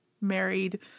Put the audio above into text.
married